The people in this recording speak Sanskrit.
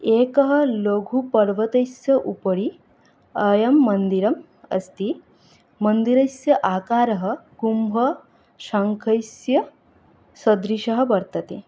एकः लघुपर्वतस्य उपरि अयं मन्दिरम् अस्ति मन्दिरस्य आकारः कुम्भशङ्कस्य सदृशः वर्तते